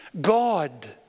God